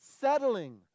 Settling